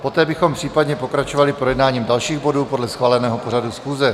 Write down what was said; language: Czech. Poté bychom případně pokračovali projednáním dalších bodů podle schváleného pořadu schůze.